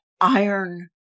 iron